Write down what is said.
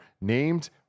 named